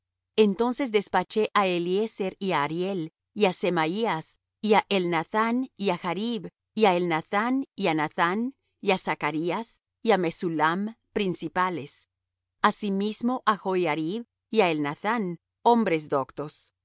entonces despaché á eliezer y á ariel y á semaías y á elnathán y á jarib y á elnathán y á nathán y á zacarías y á mesullam principales asimismo á joiarib y á elnathán hombres doctos y